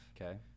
Okay